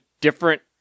different